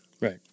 Right